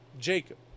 Jacob